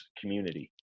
community